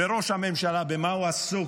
ראש הממשלה, במה הוא עסוק?